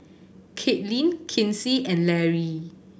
Katlyn Kinsey and Larry